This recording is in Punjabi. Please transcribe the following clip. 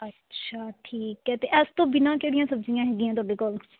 ਅੱਛਾ ਠੀਕ ਹੈ ਅਤੇ ਇਸ ਤੋਂ ਬਿਨਾਂ ਕਿਹੜੀਆਂ ਸਬਜ਼ੀਆਂ ਹੈਗੀਆਂ ਤੁਹਾਡੇ ਕੋਲ